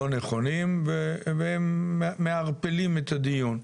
לא נכונים והם מערפלים את הדיון.